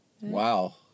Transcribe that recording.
Wow